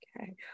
Okay